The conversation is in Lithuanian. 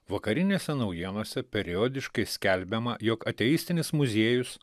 vakarinėse naujienose periodiškai skelbiama jog ateistinis muziejus